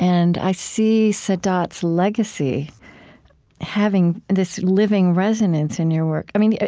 and i see sadat's legacy having this living resonance in your work. i mean,